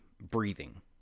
breathing